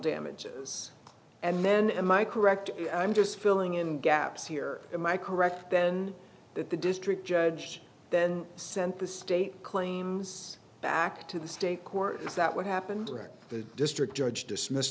damages and then am i correct i'm just filling in gaps here am i correct then that the district judge then sent the state claims back to the state court is that what happened around the district judge dismissed